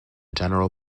general